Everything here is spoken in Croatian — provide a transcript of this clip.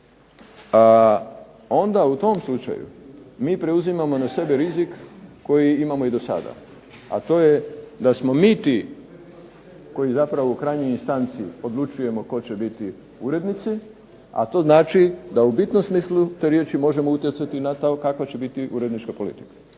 onda u tom slučaju mi preuzimamo na sebe rizik koji imamo i do sada, a to je da smo mi ti koji zapravo u krajnjoj instanci odlučujemo tko će biti urednici, a to znači da u bitnom smislu te riječi možemo utjecati na to kakva će biti urednička politika.